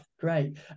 great